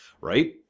right